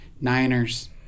Niners